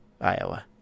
Iowa